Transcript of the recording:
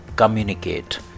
communicate